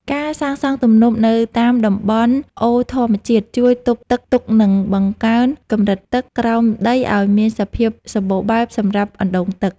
ការសាងសង់ទំនប់នៅតាមតំបន់អូរធម្មជាតិជួយទប់ទឹកទុក និងបង្កើនកម្រិតទឹកក្រោមដីឱ្យមានសភាពសម្បូរបែបសម្រាប់អណ្តូងទឹក។